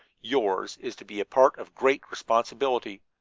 yours is to be a part of great responsibility.